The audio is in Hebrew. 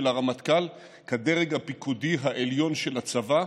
הרמטכ"ל כדרג הפיקודי העליון של הצבא.